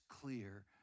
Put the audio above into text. clear